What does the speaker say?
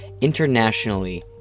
Internationally